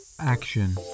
Action